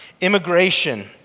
immigration